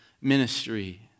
ministry